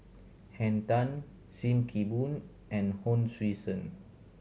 Henn Tan Sim Kee Boon and Hon Sui Sen